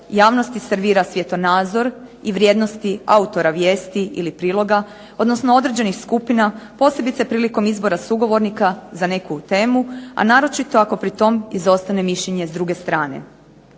javnosti servira svjetonazor i vrijednosti autora vijesti ili priloga, odnosno određenih skupina posebice prilikom izbora sugovornika za neku temu, a naročito ako pri tome izostane mišljenje s druge strane.